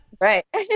Right